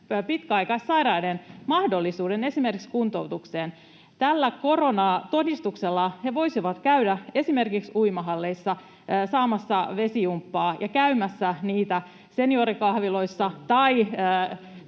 pitkäaikaissairaiden mahdollisuuden esimerkiksi kuntoutukseen. Tällä koronatodistuksella he voisivat käydä esimerkiksi uimahalleissa saamassa vesijumppaa ja seniorikahviloissa tai